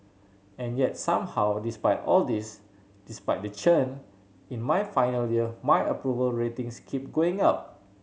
and yet somehow despite all this despite the churn in my final year my approval ratings keep going up